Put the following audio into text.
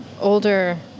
older